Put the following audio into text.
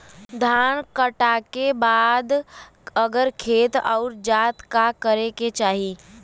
धान कांटेके बाद अगर खेत उकर जात का करे के चाही?